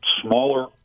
smaller